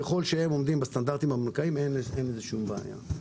ככל שהם עומדים בסטנדרטים הבנקאיים אין בזה שום בעיה.